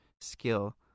skill